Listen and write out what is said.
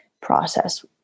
process